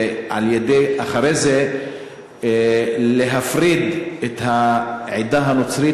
ואחרי זה להפריד את העדה הנוצרית,